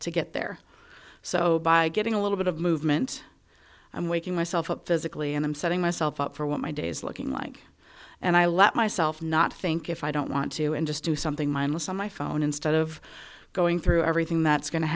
to get there so by getting a little bit of movement and waking myself up physically and i'm setting myself up for what my day's looking like and i let myself not think if i don't want to and just do something mindless on my phone instead of going through everything that's going to